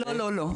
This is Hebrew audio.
לא.